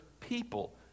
people